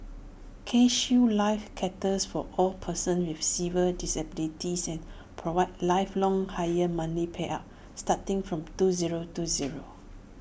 CareShield life caters for all persons with severe disabilities provides lifelong higher monthly payouts starting from two zero two zero